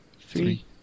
three